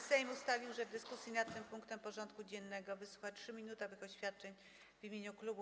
Sejm ustalił, że w dyskusji nad tym punktem porządku dziennego wysłucha 3-minutowych oświadczeń w imieniu klubów i kół.